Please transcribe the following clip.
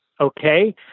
Okay